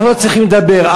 אנחנו לא צריכים לדבר.